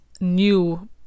new